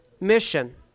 mission